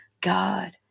God